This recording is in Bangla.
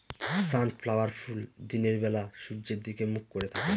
সানফ্ল্যাওয়ার ফুল দিনের বেলা সূর্যের দিকে মুখ করে থাকে